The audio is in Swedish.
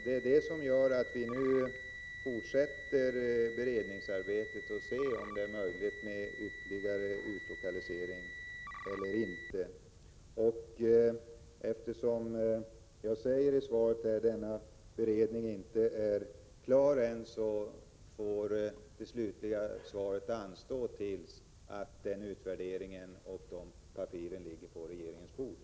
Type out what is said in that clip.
Av denna anledning fortsätter vi beredningsarbetet för att se om det är möjligt med ytterligare utlokalisering eller inte. Eftersom jag i svaret säger att denna beredning inte är klar än får det slutliga svaret anstå till dess denna utvärdering är klar och papperen ligger på regeringens bord.